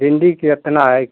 भिंडी कितना है